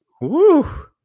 Woo